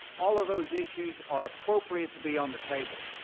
all of those issues are appropriate to be on the table.